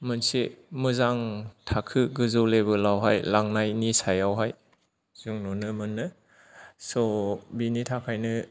मोनसे मोजां मोनसे मोजां थाखो गोजौ लेभेलावहाय लांनायनि सायावहाय जों नुनो मोनो स बिनि थाखायनो